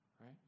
right